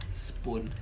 spoon